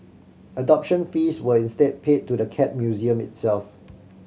adoption fees were instead paid to the Cat Museum itself